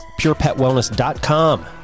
purepetwellness.com